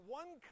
one